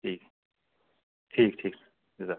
جی ٹھیک ٹھیک جزاک اللہ